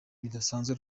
bidasanzwe